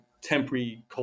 temporary